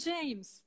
James